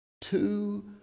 Two